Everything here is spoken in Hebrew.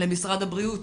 למשרד הבריאות